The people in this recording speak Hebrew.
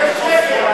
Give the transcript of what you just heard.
זה שקר.